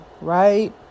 right